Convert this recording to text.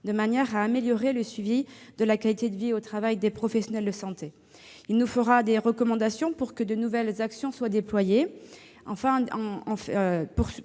de manière à améliorer le suivi de la qualité de vie au travail des professionnels de santé. Il nous fera des recommandations pour que de nouvelles actions soient déployées.